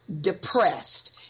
depressed